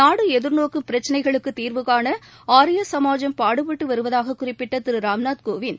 நாடு எதிர்நோக்கும் பிரச்சினைகளுக்குத் தீர்வுகாண ஆரிய சுமாஜம் பாடுபட்டு வருவதாகக் குறிப்பிட்ட திரு ராம்நாத் கோவிந்த்